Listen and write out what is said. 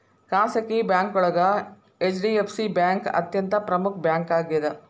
ಖಾಸಗಿ ಬ್ಯಾಂಕೋಳಗ HDFC bank ಅತ್ಯಂತ ಪ್ರಮುಖ್ ಬ್ಯಾಂಕಾಗ್ಯದ